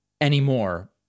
anymore